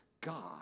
God